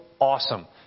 awesome